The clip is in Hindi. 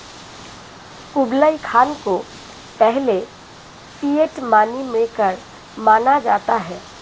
कुबलई खान को पहले फिएट मनी मेकर माना जाता है